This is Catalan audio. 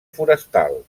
forestal